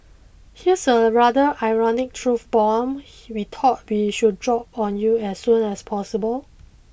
here's a rather ironic truth bomb we thought we should drop on you as soon as possible